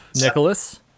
Nicholas